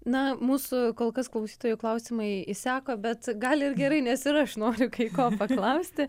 na mūsų kol kas klausytojų klausimai iseko bet gal ir gerai nes ir aš noriu kai ko paklausti